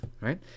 Right